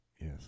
Yes